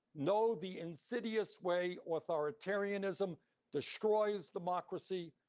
know the insidious way authoritarianism destroys democracy,